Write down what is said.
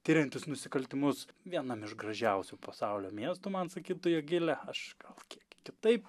tiriantis nusikaltimus vienam iš gražiausių pasaulio miestų man sakytų jogilė aš gal kiek kitaip